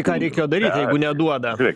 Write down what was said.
ką reikėjo daryt jeigu neduoda